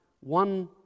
one